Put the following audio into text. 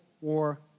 War